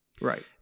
Right